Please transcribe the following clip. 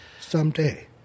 someday